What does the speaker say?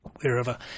wherever